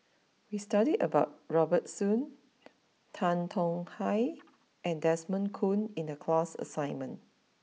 we studied about Robert Soon Tan Tong Hye and Desmond Kon in the class assignment